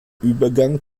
übergang